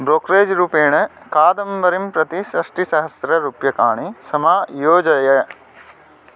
brokerage रूपेण कादम्बरिं प्रति षष्ठिसहस्ररूप्यकाणि समायोजय